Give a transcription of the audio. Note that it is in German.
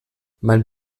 mein